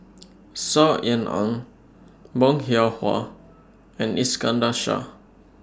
Saw Ean Ang Bong Hiong Hwa and Iskandar Shah